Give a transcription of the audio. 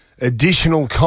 additional